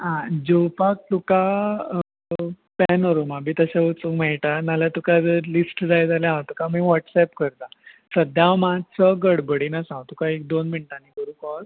आं जेवपाक तुका पॅनरुमा बी तशें वचूंक मेळटा नाल्या तुका जर लिस्ट जाय जाल्यार हांव तुका आमी वॉट्सएप करता सद्द्या हांव मात्सो गडबडीन आसा हांव तुका एक दोन मिनटांनी करूं कॉल